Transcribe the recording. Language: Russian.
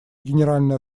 генеральная